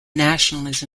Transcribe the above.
nationalism